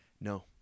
No